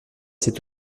cet